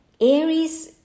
Aries